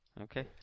Okay